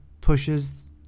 pushes